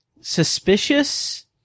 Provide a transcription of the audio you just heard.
suspicious